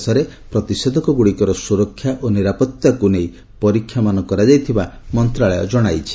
ଦେଶରେ ପ୍ରତିଷେଧକଗୁଡ଼ିକର ସୁରକ୍ଷା ଓ ନିରାପତ୍ତାକୁ ନେଇ ପରୀକ୍ଷା ମାନ କରାଯାଇଥିବାର ମନ୍ତ୍ରଣାଳୟ ଜଣାଇଛି